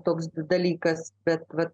toks dalykas bet vat